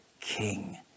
King